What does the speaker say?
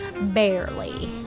Barely